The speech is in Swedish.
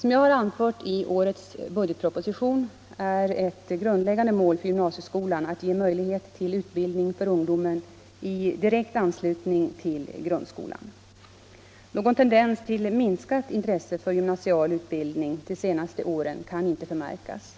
Som jag har anfört i årets budgetproposition är ett grundläggande mål för gymnasieskolan att ge möjlighet till utbildning för ungdomen i direkt anslutning till grundskolan. Någon tendens till minskat intresse för gymnasial utbildning de senaste åren kan inte förmärkas.